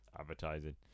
advertising